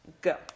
Go